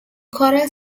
coral